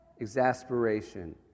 exasperation